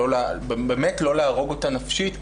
ובאמת לא להרוג אותה נפשית,